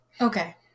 Okay